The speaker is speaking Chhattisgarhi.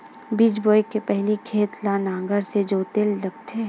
बीज बोय के पहिली खेत ल नांगर से जोतेल लगथे?